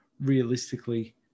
realistically